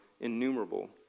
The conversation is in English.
innumerable